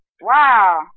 wow